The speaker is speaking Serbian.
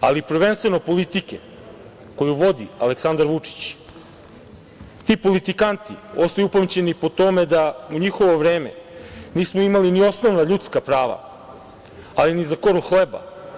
ali prvenstveno politike koju vodi Aleksandar Vučić, ti politikanti ostaju upamćeni po tome da u njihovo vreme nismo imali ni osnovna ljudska prava, ali ni za koru hleba.